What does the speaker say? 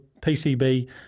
PCB